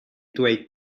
dweud